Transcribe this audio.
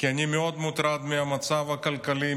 כי אני מאוד מוטרד מהמצב הכלכלי,